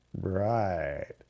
Right